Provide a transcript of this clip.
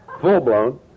full-blown